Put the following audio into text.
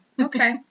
Okay